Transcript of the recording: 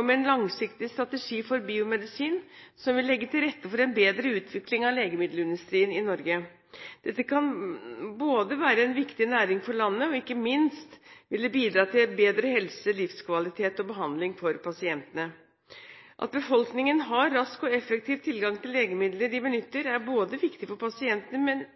om en langsiktig strategi for biomedisin, som vil legge til rette for en bedre utvikling av legemiddelindustrien i Norge. Dette kan være en viktig næring for landet, som ikke minst også ville bidratt til bedre helse, livskvalitet og behandling for pasientene. At befolkningen har rask og effektiv tilgang til legemidler de benytter, er viktig for pasientene, men